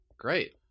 Great